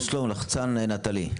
יש לו לחצן "נטלי",